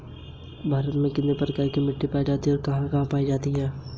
Credit card को इस्तेमाल कैसे करते हैं?